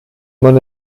man